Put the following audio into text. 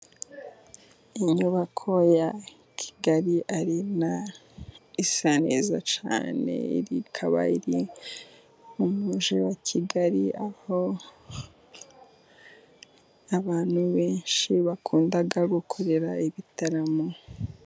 Inyubako ya Kigali arena, isa neza cyane, iri Kabari mu mugi wa Kigali, aho abantu benshi bakunda, gukorera ibitaramo.